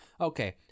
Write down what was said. Okay